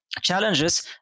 challenges